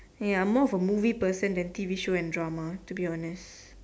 hey I am more of a movie person than T_V show and drama to be honest